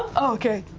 okay.